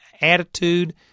attitude